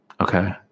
Okay